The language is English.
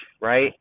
right